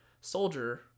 soldier